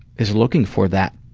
is looking for that